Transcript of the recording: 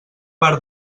bar